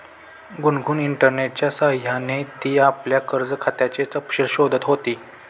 गुनगुन इंटरनेटच्या सह्याने ती आपल्या कर्ज खात्याचे तपशील शोधत होती